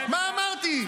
מה אמרתי?